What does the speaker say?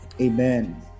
Amen